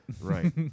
Right